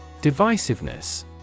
Divisiveness